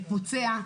שפוצע.